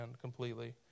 completely